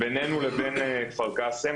בינינו לבין כפר קאסם,